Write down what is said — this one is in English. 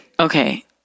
Okay